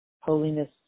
holiness